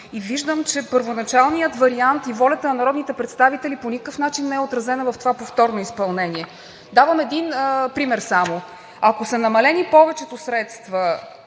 и виждам, че първоначалният вариант и волята на народните представители по никакъв начин не е отразена в това повторно изпълнение. Давам само един пример. Ако са намалени повечето средства